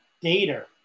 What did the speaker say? data